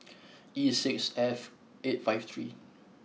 E six F eight five three